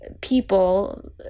People